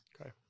Okay